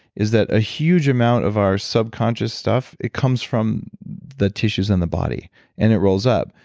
is that a huge amount of our subconscious stuff, it comes from the tissues in the body and it rolls up.